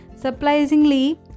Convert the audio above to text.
Surprisingly